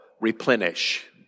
replenish